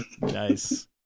nice